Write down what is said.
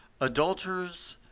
Adulterers